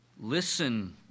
listen